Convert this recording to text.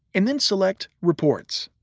and then select reports.